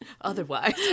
otherwise